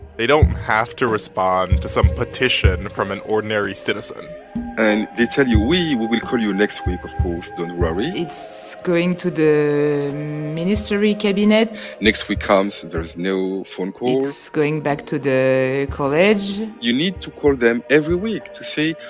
they don't have to respond to some petition from an ordinary citizen and they tell you, we we'll call you next week, of course. don't worry it's going to the ministry cabinet next week comes. there is no phone call it's going back to the college you need to call them every week to say,